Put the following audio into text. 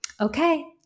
Okay